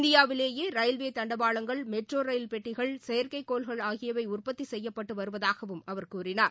இந்தியாவிலேயே ரயில்வே தண்டவாளங்கள் metro rail பெட்டிகள் செயற்கைக்கோள்கள் ஆகியவை உற்பத்தி செய்யப்பட்டு வருவதாகவும் அவர் கூறினார்